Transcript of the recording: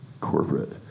corporate